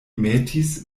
metis